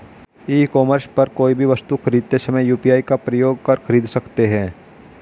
ई commerce पर कोई भी वस्तु खरीदते समय यू.पी.आई का प्रयोग कर खरीद सकते हैं